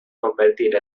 convertir